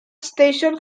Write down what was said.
station